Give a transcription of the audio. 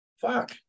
fuck